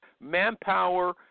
Manpower